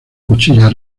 cuchilla